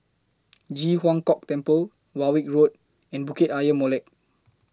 Ji Huang Kok Temple Warwick Road and Bukit Ayer Molek